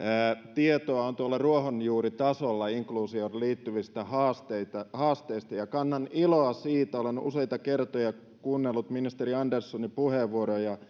tietoa on tuolla ruohonjuuritasolla inkluusioon liittyvistä haasteista haasteista ja kannan iloa siitä olen useita kertoja kuunnellut ministeri anderssonin puheenvuoroja